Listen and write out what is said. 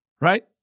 right